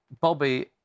Bobby